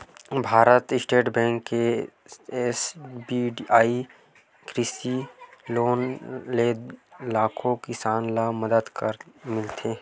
भारतीय state bank के SBI कृषि लोन ले लाखो किसान ल मदद मिले हे